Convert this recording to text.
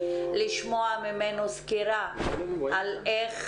לשמוע ממנו סקירה על איך